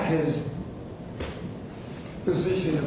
his position